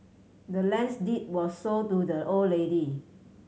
the land's deed was sold to the old lady